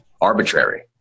arbitrary